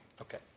Okay